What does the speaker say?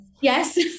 Yes